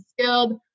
skilled